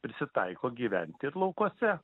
prisitaiko gyventi ir laukuose